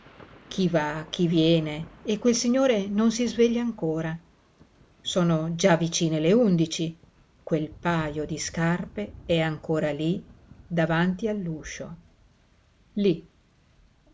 chi va chi viene e quel signore non si sveglia ancora sono già vicine le undici quel pajo di scarpe è ancora lí davanti all'uscio lí